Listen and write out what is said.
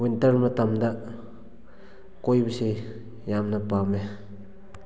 winter ꯃꯇꯝꯗ ꯀꯣꯏꯕꯁꯦ ꯌꯥꯝꯅ ꯄꯥꯝꯃꯦ